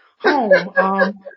home